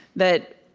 that,